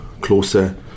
closer